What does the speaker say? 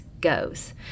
goes